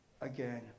again